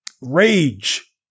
rage